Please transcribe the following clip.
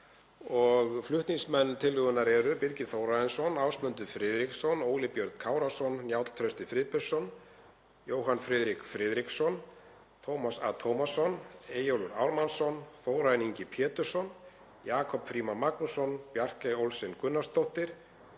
Flutningsmenn tillögunnar eru hv. þingmenn Birgir Þórarinsson, Ásmundur Friðriksson, Óli Björn Kárason og Njáll Trausti Friðbertsson, Jóhann Friðrik Friðriksson, Tómas A. Tómasson, Eyjólfur Ármannsson, Þórarinn Ingi Pétursson, Jakob Frímann Magnússon, Bjarkey Olsen Gunnarsdóttir